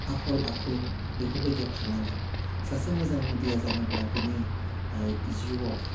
आखल आखु बेफोरबायदिया थानांगोन सासे मोजां मेडिया जानोब्ला बिनि जिउआव